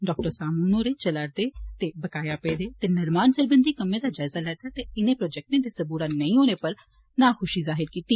doctor सामून होरें चलारदे बकाया पेदे ते निर्माण सरबंधी कम्में दा जायजा लैता ते इने प्रोजेक्टे दे सबूरा नेई होने उप्पर ना खुशी जाहिर कीती